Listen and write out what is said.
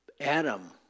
Adam